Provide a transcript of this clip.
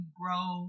grow